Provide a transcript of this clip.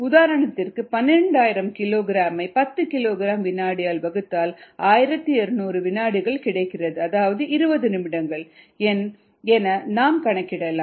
உதாரணத்திற்கு 12000 கிலோகிராம் ஐ 10 கிலோகிராம் வினாடியால் வகுத்தால் 1200 வினாடிகள் கிடைக்கிறது அதாவது 20 நிமிடங்கள் என நாம் கணக்கிடலாம்